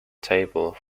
table